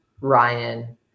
Ryan